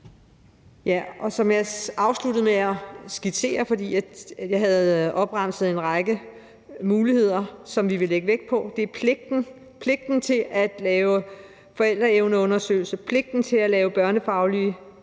Som jeg afsluttede med at skitsere, fordi jeg havde opremset en række muligheder, som vi ville lægge vægt på, er det pligten: pligten til at lave forældreevneundersøgelser og pligten til at lave børnefaglige undersøgelser